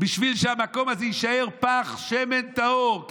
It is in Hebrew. בשביל שהמקום הזה יישאר פך שמן טהור,